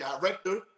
director